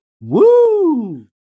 Woo